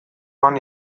han